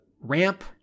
ramp